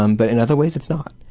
um but in other ways it's not.